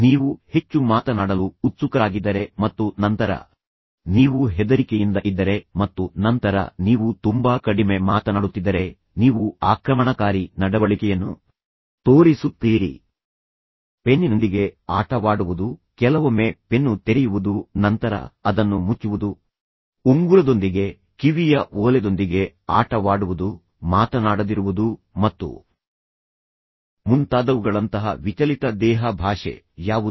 ನೀವು ಹೆಚ್ಚು ಮಾತನಾಡಲು ಉತ್ಸುಕರಾಗಿದ್ದರೆ ಮತ್ತು ನಂತರ ನೀವು ಹೆದರಿಕೆಯಿಂದ ಇದ್ದರೆ ಮತ್ತು ನಂತರ ನೀವು ತುಂಬಾ ಕಡಿಮೆ ಮಾತನಾಡುತ್ತಿದ್ದರೆ ನೀವು ಆಕ್ರಮಣಕಾರಿ ನಡವಳಿಕೆಯನ್ನು ತೋರಿಸುತ್ತೀರಿ ಪೆನ್ನಿನೊಂದಿಗೆ ಆಟವಾಡುವುದು ಕೆಲವೊಮ್ಮೆ ಪೆನ್ನು ತೆರೆಯುವುದು ನಂತರ ಅದನ್ನು ಮುಚ್ಚುವುದು ಉಂಗುರದೊಂದಿಗೆ ಕಿವಿಯ ಓಲೆದೊಂದಿಗೆ ಆಟವಾಡುವುದು ಮಾತನಾಡದಿರುವುದು ಮತ್ತು ಮುಂತಾದವುಗಳಂತಹ ವಿಚಲಿತ ದೇಹ ಭಾಷೆ ಯಾವುದು